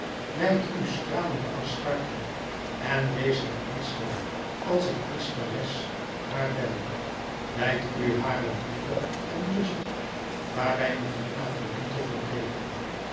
wijd u stralende astarte en wees haar priester als ik priesteres haar ben wijd u hàre liefde en lust waarbij die van afrodite verbleeken